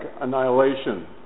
annihilation